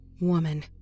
woman